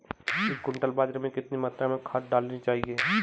एक क्विंटल बाजरे में कितनी मात्रा में खाद डालनी चाहिए?